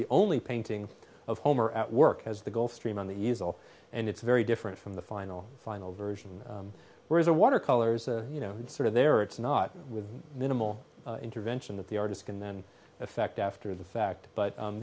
the only paintings of homer at work as the gulfstream on the easel and it's very different from the final final version where the water colors you know sort of there it's not with minimal intervention that the artist can then effect after the fact but